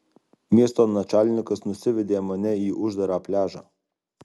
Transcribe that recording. miesto načalnikas nusivedė mane į uždarą pliažą